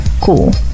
Cool